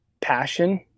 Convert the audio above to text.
passion